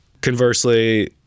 conversely